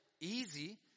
easy